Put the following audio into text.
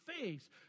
face